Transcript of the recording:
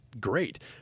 great